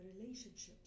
Relationships